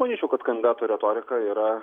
manyčiau kad kandidatų retorika yra